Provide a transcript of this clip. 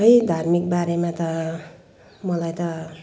खै धार्मिक बारेमा त मलाई त